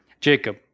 Jacob